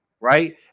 right